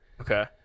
Okay